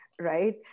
right